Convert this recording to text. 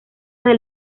del